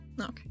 okay